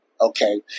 Okay